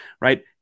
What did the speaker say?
right